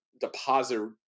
deposit